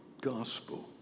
gospel